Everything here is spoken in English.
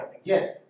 Again